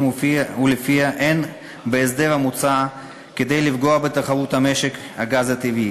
שלפיה אין בהסדר המוצע כדי לפגוע בתחרות במשק הגז הטבעי.